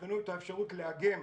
יבחנו את האפשרות לאגם